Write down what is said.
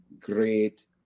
great